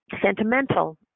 sentimental